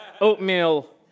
oatmeal